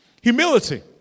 Humility